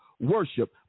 worship